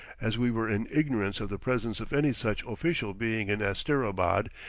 as we were in ignorance of the presence of any such official being in asterabad,